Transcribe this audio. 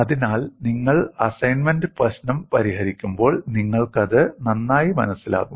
അതിനാൽ നിങ്ങൾ അസൈൻമെന്റ് പ്രശ്നം പരിഹരിക്കുമ്പോൾ നിങ്ങൾക്കത് നന്നായി മനസ്സിലാകും